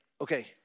Okay